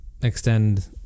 extend